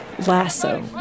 Lasso